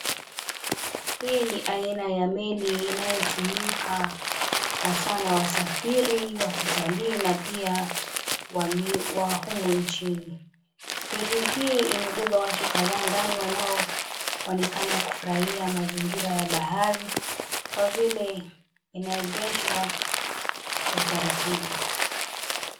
Hii ni aina ya meli inayotumika hasa na wasafiri Wakitalii na pia wa humu Nchini , (cs)ferry(cs) hii imebeba watu kadhaa wanaonekana kufurahia mazingira ya bahari Kwa vile inaegeshwa Kwa utaratibu.